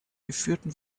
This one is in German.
geführten